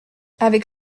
avec